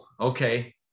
okay